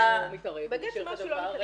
שהוא לא מתערב --- בג"ץ אמר שהוא לא מתערב.